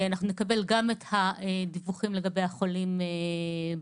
אנחנו נקבל גם את הדיווחים לגבי החולים בארץ,